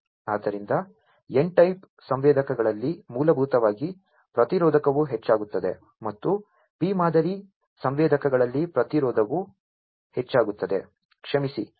ಆದ್ದರಿಂದ n type ಸಂವೇದಕಗಳಲ್ಲಿ ಮೂಲಭೂತವಾಗಿ ಪ್ರತಿರೋಧವು ಹೆಚ್ಚಾಗುತ್ತದೆ ಮತ್ತು p ಮಾದರಿ ಸಂವೇದಕಗಳಲ್ಲಿ ಪ್ರತಿರೋಧವು ಹೆಚ್ಚಾಗುತ್ತದೆ ಕ್ಷಮಿಸಿ